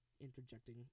interjecting